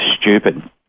stupid